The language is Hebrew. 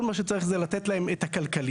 כל מה שצריך זה לתת להם את הכלכליות,